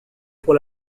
pour